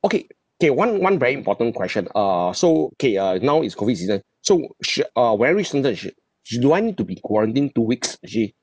okay K one one very important question err so K uh now is COVID season so should uh when I reach shenzhen sh~ sh~ do I need to be quarantined two weeks actually